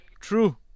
True